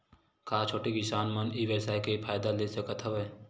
का छोटे किसान मन ई व्यवसाय के फ़ायदा ले सकत हवय?